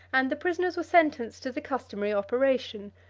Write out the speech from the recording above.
and the prisoners were sentenced to the customary operation.